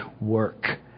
work